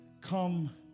come